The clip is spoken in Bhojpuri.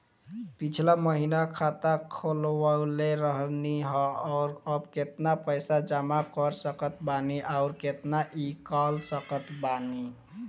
पिछला महीना खाता खोलवैले रहनी ह और अब केतना पैसा जमा कर सकत बानी आउर केतना इ कॉलसकत बानी?